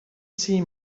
see